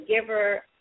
giver